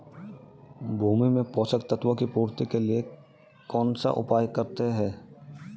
भूमि में पोषक तत्वों की पूर्ति के लिए कौनसा उपाय करते हैं?